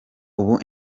ubu